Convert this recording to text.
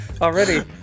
Already